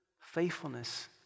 Faithfulness